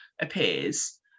appears